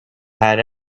had